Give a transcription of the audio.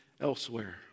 elsewhere